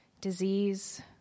disease